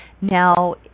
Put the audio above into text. Now